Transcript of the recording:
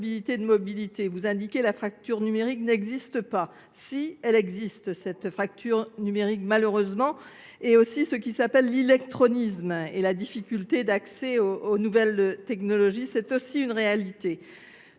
de mobilité. Vous indiquez la fracture numérique n'existe pas. Si elle existe, cette fracture numérique, malheureusement, et aussi ce qui s'appelle l'électronisme et la difficulté d'accès aux nouvelles technologies, c'est aussi une réalité.